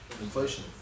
inflation